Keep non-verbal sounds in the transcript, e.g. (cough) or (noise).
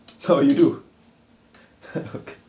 oh you do (laughs) okay